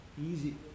easy